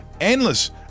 endless